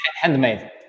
handmade